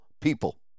people